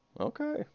okay